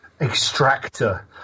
extractor